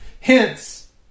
Hence